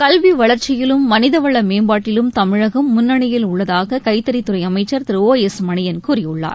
கல்வி வளர்ச்சியிலும் மனித வள மேம்பாட்டிலும் தமிழகம் முன்னணியில் உள்ளதாக கைத்தறித் துறை அமைச்சர் திரு ஓ எஸ் மணியன் கூறியுள்ளார்